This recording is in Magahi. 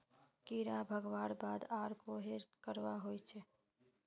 कीड़ा भगवार बाद आर कोहचे करवा होचए?